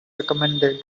recommended